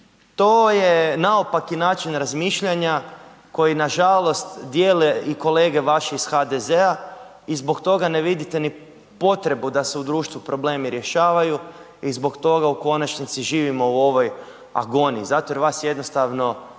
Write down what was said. to je naopaki način razmišljanja koji nažalost dijele i kolege vaši iz HDZ-a, i zbog toga ne vidite ni potrebu da se u društvu problemi rješavaju, i zbog toga u konačnici živimo u ovoj agoniji, jer vas zapravo